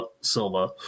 silva